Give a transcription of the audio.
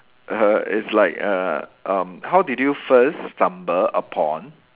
it's like uh um how did you first stumble upon